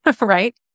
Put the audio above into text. Right